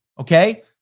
Okay